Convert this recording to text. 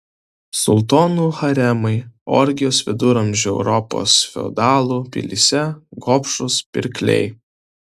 sultonų haremai orgijos viduramžių europos feodalų pilyse gobšūs pirkliai